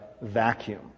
vacuum